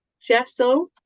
Jessel